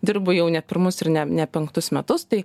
dirbu jau ne pirmus ir ne ne penktus metus tai